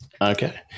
Okay